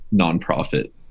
nonprofit